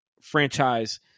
franchise